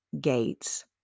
Gates